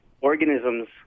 organisms